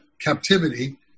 captivity